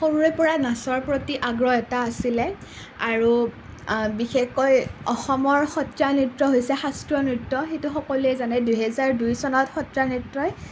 সৰুৰে পৰা নাচৰ প্ৰতি আগ্ৰহ এটা আছিলে আৰু বিশেষকৈ অসমৰ সত্ৰীয়া নৃত্য হৈছে শাস্ত্ৰীয় নৃত্য সেইটো সকলোৱে জানে দুহেজাৰ দুই চনত সত্ৰীয়া নৃত্যই